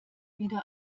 wieder